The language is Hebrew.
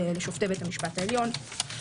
לשופטי בית המשפט העליון.